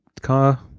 car